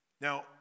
Now